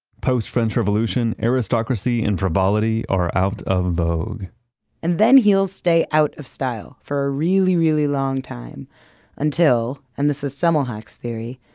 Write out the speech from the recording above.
post french revolution aristocracy and frivolity are out of vogue and then heels stay out of style for a really, really long time until, and this is semmelhack's theory,